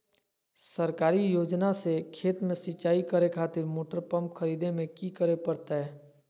सरकारी योजना से खेत में सिंचाई करे खातिर मोटर पंप खरीदे में की करे परतय?